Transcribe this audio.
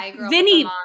Vinny